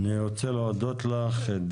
אני רוצה להודות לך,